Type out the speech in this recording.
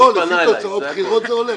לפי תוצאות בחירות זה הולך?